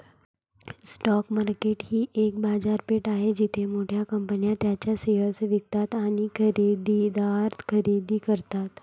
stock market ही एक बाजारपेठ आहे जिथे मोठ्या कंपन्या त्यांचे शेअर्स विकतात आणि खरेदीदार खरेदी करतात